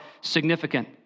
significant